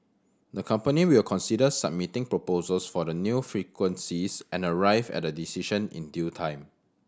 the company will consider submitting proposals for the new frequencies and arrive at a decision in due time